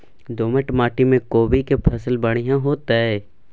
दोमट माटी में कोबी के फसल बढ़ीया होतय?